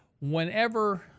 whenever